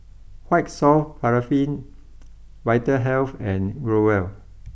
White soft Paraffin Vitahealth and Growell